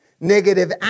negative